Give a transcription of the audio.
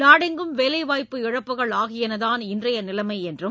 நாடெங்கும் வேலை வாய்ப்பு இழப்புகள் ஆகியனதான் இன்றைய நிலைமை என்றும்